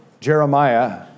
Jeremiah